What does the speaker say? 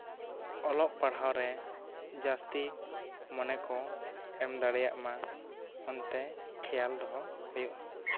ᱚᱞᱚᱜ ᱯᱟᱲᱦᱟᱣ ᱨᱮ ᱡᱟ ᱥᱛᱤ ᱢᱚᱱᱮ ᱠᱚ ᱮᱢ ᱫᱟᱲᱮᱭᱟᱜ ᱢᱟ ᱚᱱᱛᱮ ᱠᱷᱮᱭᱟᱞ ᱫᱚᱦᱚ ᱦᱩᱭᱩᱜᱼᱟ